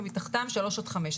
ומתחתם שלוש עד חמש.